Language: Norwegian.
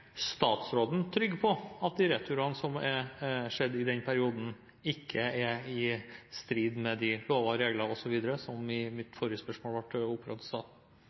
statsråden trygg på at de returene som er skjedd i den perioden, ikke er i strid med de lover, regler osv., som i mitt forrige spørsmål ble